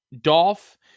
Dolph